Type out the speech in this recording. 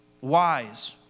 wise